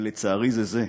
אבל לצערי זה זה.